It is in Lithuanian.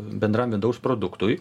bendram vidaus produktui